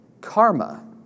karma